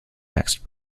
next